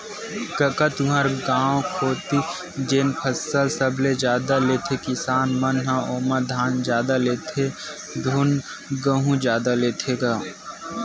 कका तुँहर गाँव कोती जेन फसल सबले जादा लेथे किसान मन ह ओमा धान जादा लेथे धुन गहूँ जादा लेथे गा?